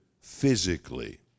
physically